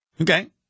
Okay